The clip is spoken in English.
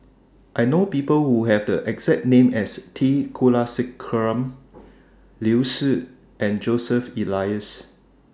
I know People Who Have The exact name as T Kulasekaram Liu Si and Joseph Elias